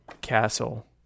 Castle